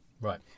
Right